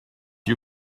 you